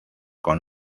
con